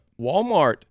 Walmart